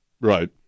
Right